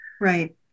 right